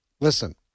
listen